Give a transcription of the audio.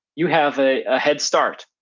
you have a ah head start,